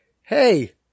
Hey